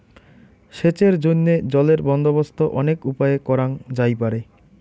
সেচের জইন্যে জলের বন্দোবস্ত অনেক উপায়ে করাং যাইপারে